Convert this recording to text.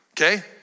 Okay